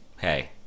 Hey